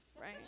right